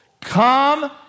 come